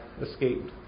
Escaped